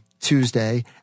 Tuesday